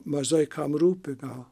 mažai kam rūpi gal